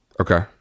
okay